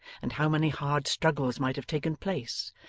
and how many hard struggles might have taken place,